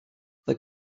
the